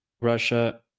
Russia